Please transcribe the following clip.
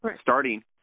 starting